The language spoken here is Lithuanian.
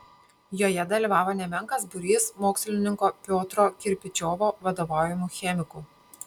joje dalyvavo nemenkas būrys mokslininko piotro kirpičiovo vadovaujamų chemikų